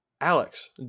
Alex